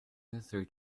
necessary